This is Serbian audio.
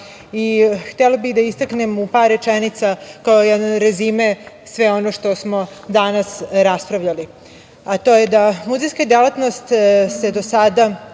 bih da istaknem u par rečenica, kao jedan rezime sve ono što smo danas raspravljali, a to je da muzejska delatnost se do sada